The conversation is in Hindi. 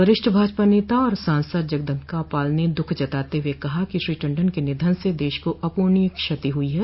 वरिष्ठ भाजपा नेता और सांसद जगदम्बिकापाल ने दुःख जताते हुए कहा कि श्री टण्डन के निधन से देश को अपूर्णीय क्षति हुई है